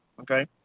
okay